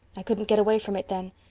i couldn't get away from it then.